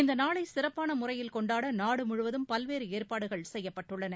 இந்த நாளை சிறப்பான முறையில் கொண்டாட நாடு முழுவதும் பல்வேறு ஏற்பாடுகள் செய்யப்பட்டுள்ளன